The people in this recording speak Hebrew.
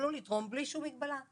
יוכלו לתרום בלי שום מגבלה.